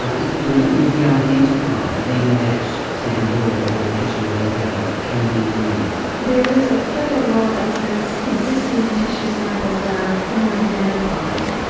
ah if you remove the identifier, then that sample, or or tissue or whatever, can be used? there is a federal law that says existing tissue samples that are unidentified,